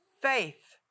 faith